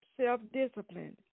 self-disciplined